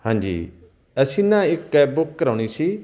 ਹਾਂਜੀ ਅਸੀਂ ਨਾ ਇੱਕ ਕੈਬ ਬੁੱਕ ਕਰਾਉਣੀ ਸੀ